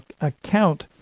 account